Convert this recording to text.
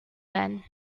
then